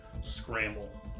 scramble